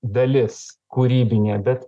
dalis kūrybinė bet